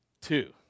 Two